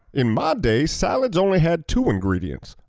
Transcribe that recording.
in my day, salads only had two ingredients,